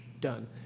Done